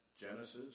Genesis